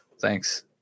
Thanks